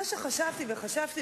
אדוני היושב-ראש,